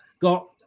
got